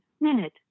minute